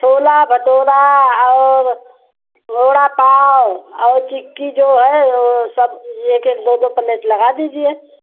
छोला भटूरा और वडा पाव और चिक्की जो है वो सब लेके दो दो पलेट लगा दीजिये